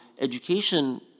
education